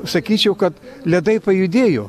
sakyčiau kad ledai pajudėjo